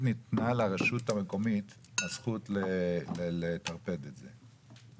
ניתנה לרשות המקומית הזכות לטרפד את זה.